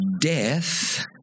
death